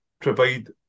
provide